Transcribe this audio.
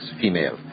female